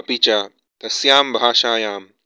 अपि च तस्यां भाषायां